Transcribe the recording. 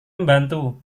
membantu